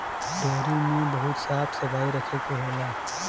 dairy में बहुत साफ सफाई रखे के होला